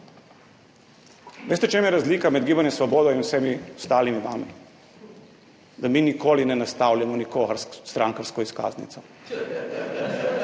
Veste, v čem je razlika med Gibanjem Svobodo in vsemi vami ostalimi? Da mi nikoli ne nastavljamo nikogar s strankarsko izkaznico.